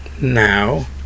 now